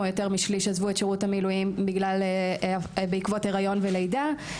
יותר משליש עזבו את שירות המילואים בעקבות הריון ולידה.